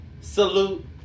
Salute